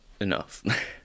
enough